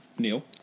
Neil